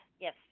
Yes